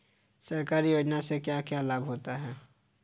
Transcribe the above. सरकारी योजनाओं से क्या क्या लाभ होता है?